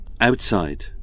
Outside